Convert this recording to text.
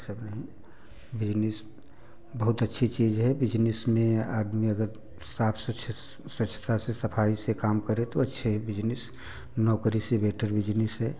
ये सब नहीं बिजनेस बहुत अच्छी चीज़ है बिजनेस में आदमी अगर साफ स्वच्छ स्वच्छता से सफाई से काम करे तो अच्छे बिजनेस नौकरी से बेटर बिजनेस है